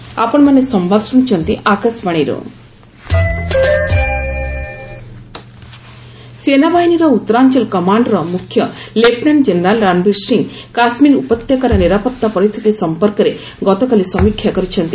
JK security situation ସେନାବାହିନୀର ଉତ୍ତରାଞ୍ଚଳ commander ମୁଖ୍ୟ ଲେଫ୍ଟନାଣ୍ଟ ଜେନେରାଲ୍ ରଣବୀର ସିଂହ କାଶ୍କୀର ଉପତ୍ୟକାର ନିରାପତ୍ତା ପରିସ୍ଥିତି ସମ୍ପର୍କରେ ଗତକାଲି ସମୀକ୍ଷା କରିଛନ୍ତି